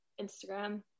instagram